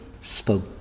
spoke